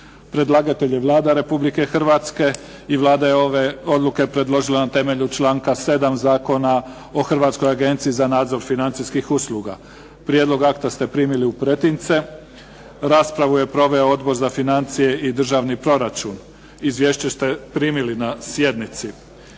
Predlagatelj je Vlada Republike Hrvatske. Vlada je ove odluke predložila na temelju članka 7. Zakona o Hrvatskoj agenciji za nadzor financijskih usluga. Prijedlog akta primili ste u pretince. Raspravu je proveo Odbor za financije i državni proračun. Izvješća ste primili na sjednici.